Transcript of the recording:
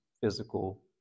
physical